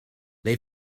they